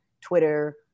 twitter